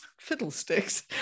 fiddlesticks